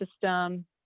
system